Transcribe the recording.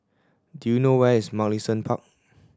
do you know where is Mugliston Park